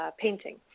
painting